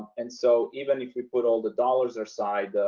and so even if we put all the dollars aside,